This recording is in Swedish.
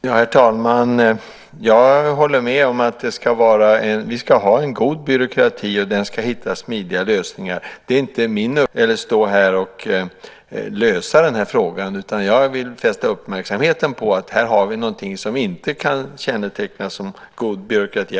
Herr talman! Jag håller med om att vi ska ha en god byråkrati som ska hitta smidiga lösningar. Det är inte min uppgift att stå här och lösa frågan. Jag vill fästa uppmärksamheten på att vi här har någonting som inte kan kännetecknas som god byråkrati.